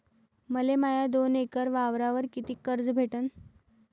मले माया दोन एकर वावरावर कितीक कर्ज भेटन?